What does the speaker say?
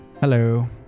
hello